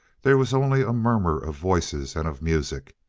there was only a murmur of voices and of music.